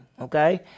okay